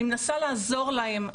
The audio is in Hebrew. אני מנסה לעזור להם,